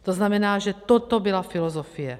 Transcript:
To znamená, že toto byla filozofie.